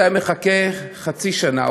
מחכה חצי שנה,